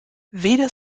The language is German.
weder